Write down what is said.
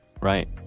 Right